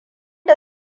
da